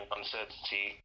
uncertainty